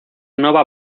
nova